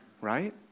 Right